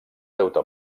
deute